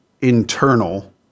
internal